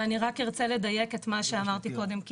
ואני רק ארצה לדייק את מה שאמרתי קודם,